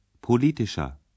Politischer